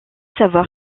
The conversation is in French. savoir